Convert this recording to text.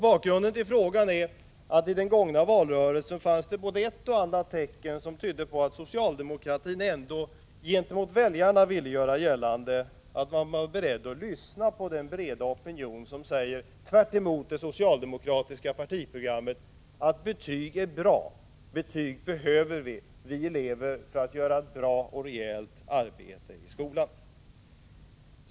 Bakgrunden till frågan är att det i den gångna valrörelsen fanns ett och annat tecken som tydde på att socialdemokratin gentemot väljarna ändå ville göra gällande att man var beredd att lyssna på den breda opinion som — tvärtemot det socialdemokratiska partiprogrammet — säger: Betyg är bra. Vi elever behöver betyg för att göra ett bra och rejält arbete i skolan.